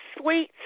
sweet